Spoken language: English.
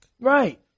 Right